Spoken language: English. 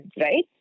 right